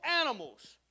animals